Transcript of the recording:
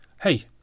Hey